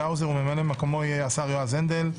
האוזר וממלא מקומו יהיה השר יועז הנדל.